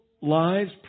lives